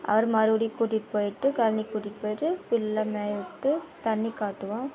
அப்புறம் மறுபடியும் கூட்டிகிட்டு போய்ட்டு கழனிக்கு கூட்டிகிட்டு போய்ட்டு பில்லை மேய விட்டு தண்ணி காட்டுவோம்